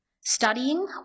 Studying